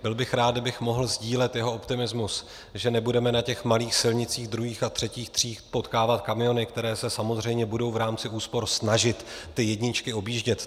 Byl bych rád, kdybych mohl sdílet jeho optimismus, že nebudeme na těch malých silnicích druhých a třetích tříd potkávat kamiony, které se samozřejmě budou v rámci úspor snažit ty jedničky objíždět.